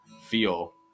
feel